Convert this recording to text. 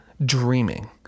dreaming